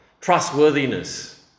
Trustworthiness